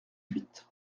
huit